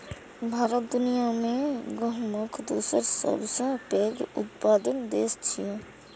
भारत दुनिया मे गहूमक दोसर सबसं पैघ उत्पादक देश छियै